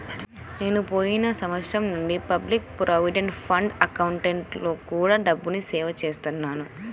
నేను పోయిన సంవత్సరం నుంచి పబ్లిక్ ప్రావిడెంట్ ఫండ్ అకౌంట్లో కూడా డబ్బుని సేవ్ చేస్తున్నాను